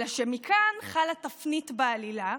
אלא שמכאן חלה תפנית בעלילה,